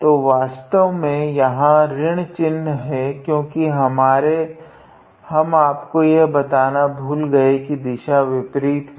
तो वास्तव में यहाँ ऋण चिन्ह है क्योकि हम आपको यह बताना भूल गए की दिशा विपरीत है